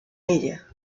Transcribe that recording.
ella